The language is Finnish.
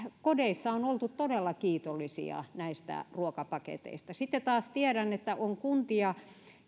kodeissa on oltu todella kiitollisia näistä ruokapaketeista sitten taas tiedän että on kuntia